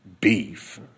beef